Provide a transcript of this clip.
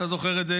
אתה זוכר את זה,